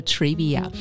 Trivia